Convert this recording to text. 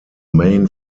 main